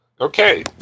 Okay